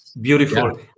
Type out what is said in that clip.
Beautiful